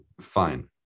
Fine